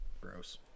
Gross